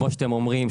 כמו שאתם אומרים,